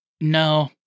No